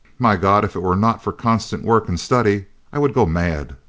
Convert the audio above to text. my god! if it were not for constant work and study i would go mad!